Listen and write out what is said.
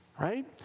right